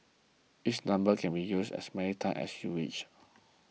each number can be used as many times as you wish